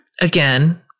again